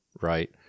right